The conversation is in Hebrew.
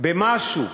במשהו?